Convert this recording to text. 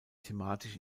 thematisch